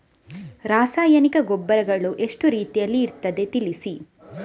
ರಾಸಾಯನಿಕ ಗೊಬ್ಬರಗಳು ಎಷ್ಟು ರೀತಿಯಲ್ಲಿ ಇರ್ತದೆ ತಿಳಿಸಿ?